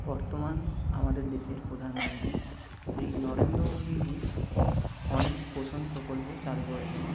বর্তমান আমাদের দেশের প্রধানমন্ত্রী শ্রী নরেন্দ্র মোদীজি অনেক পোষণ প্রকল্প চালু করেছেন